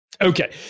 Okay